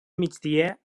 migdia